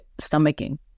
stomaching